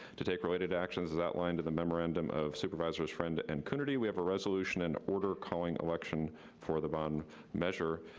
to take related actions as outlined in the memorandum of supervisors friend and coonerty, we have a resolution and order calling election for the bond measure.